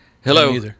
hello